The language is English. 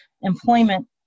employment